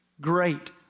great